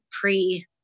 pre-